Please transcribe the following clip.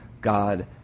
God